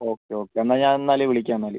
okay okay എന്നാൽ ഞാനെന്നാൽ വിളിക്കാം എന്നാൽ